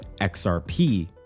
xrp